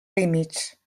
límits